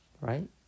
Right